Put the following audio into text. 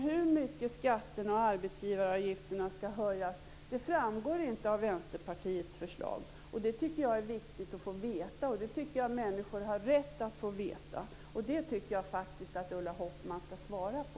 Hur mycket skatterna och arbetsgivaravgifterna skall höjas framgår inte av Vänsterpartiets förslag men det tycker jag är viktigt att få veta. Människor har rätt att få veta det, så den frågan tycker jag att Ulla Hoffmann skall svara på.